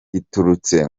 iturutse